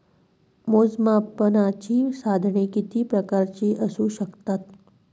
मोजमापनाची साधने किती प्रकारची असू शकतात?